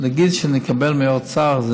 להגיד שנקבל מהאוצר,